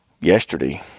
yesterday